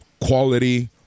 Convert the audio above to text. quality